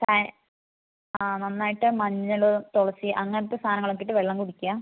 സാനി നന്നായിട്ട് മഞ്ഞൾ തുളസി അങ്ങനത്തെ സാധനം ഒക്കെ ഇട്ട് വെള്ളം കുടിക്കുക